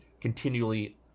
continually